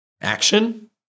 action